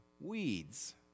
weeds